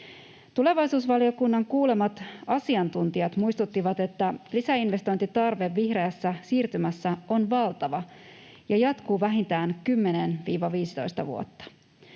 Tulevaisuusvaliokunnan kuulemat asiantuntijat muistuttivat, että lisäinvestointitarve vihreässä siirtymässä on valtava ja jatkuu vähintään 10—15 vuotta.